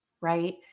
Right